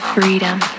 freedom